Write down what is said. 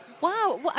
Wow